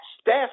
staff